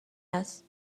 است